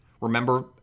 Remember